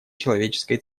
человеческой